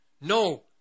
No